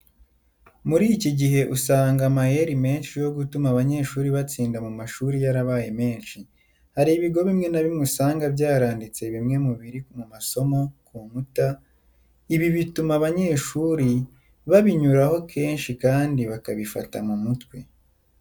Muri iki gihe usanga amayeri menshi yo gutuma abanyeshuri batsinda mu ishuri yarabaye menshi. Hari ibigo bimwe na bimwe usanga byaranditse bimwe mu biri mu masomo, ku nkuta. Ibi bituma abanyeshuri babinyuraho kenshi kandi bakabifata mu mutwe.